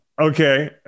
Okay